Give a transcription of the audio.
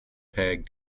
tag